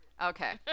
Okay